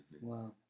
Wow